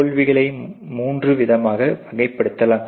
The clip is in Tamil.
தோல்விகளை மூன்று விதமாக வகைப்படுத்தலாம்